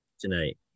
tonight